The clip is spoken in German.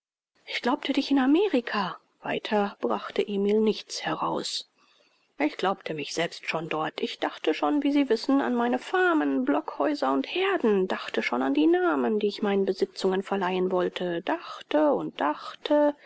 ich glaubte dich in amerika weiter brachte emil nichts heraus ich glaubte mich selbst schon dort ich dachte schon wie sie wissen an meine farmen blockhäuser und heerden dachte schon an die namen die ich meinen besitzungen verleihen wollte dachte und dachte